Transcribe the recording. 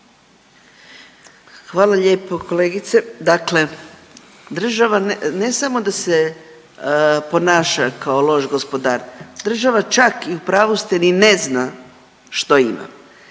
Hvala lijepo kolegice. Dakle država ne samo da se ponaša kao loš gospodar, država čak i u pravu ste, ni ne zna što ima,